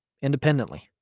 independently